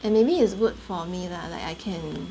and maybe is good for me lah like I can